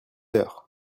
heures